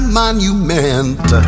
monument